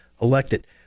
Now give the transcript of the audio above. elected